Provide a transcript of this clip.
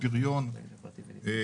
וזה הפריון בישראל.